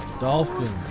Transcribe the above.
Dolphins